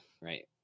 right